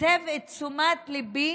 הסב את תשומת ליבי